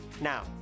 Now